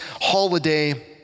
holiday